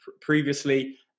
previously